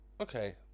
okay